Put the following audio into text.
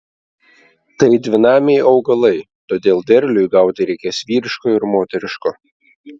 tai dvinamiai augalai todėl derliui gauti reikės vyriško ir moteriško